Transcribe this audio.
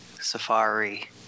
Safari